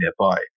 nearby